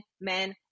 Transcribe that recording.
men